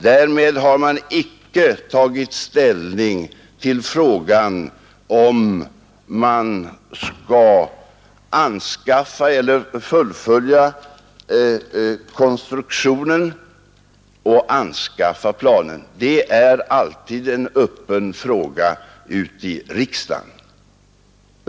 Därmed har man icke tagit ställning till frågan om man skall fullfölja konstruktionen och anskaffa planen; det är alltid en öppen fråga i riksdagen.